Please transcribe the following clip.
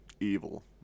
evil